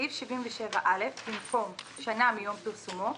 בסעיף 77(א), במקום "שנה מיום פרסומו"